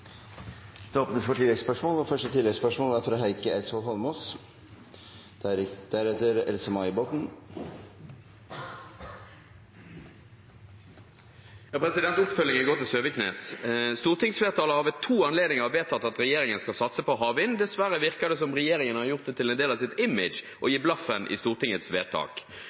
det gjør dagens regjering. Det blir oppfølgingsspørsmål. Oppfølgingsspørsmålet mitt går til Søviknes. Stortingsflertallet har ved to anledninger vedtatt at regjeringen skal satse på havvind. Dessverre virker det som om regjeringen har gjort det til en del av sitt image å gi blaffen i Stortingets vedtak.